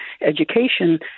education